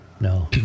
No